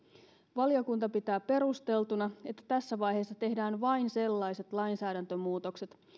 valiokunta pitää perusteltuna että tässä vaiheessa tehdään vain sellaiset lainsäädäntömuutokset